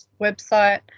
website